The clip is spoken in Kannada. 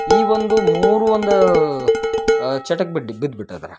ಈ ಒಂದು ಮೂರು ಒಂದು ಚಟಕ್ಕೆ ಬಿದ್ದು ಬಿದ್ಬಿಟ್ಟದ್ದಾರ